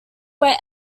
where